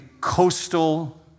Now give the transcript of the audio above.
coastal